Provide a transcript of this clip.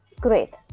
Great